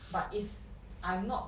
but is I'm not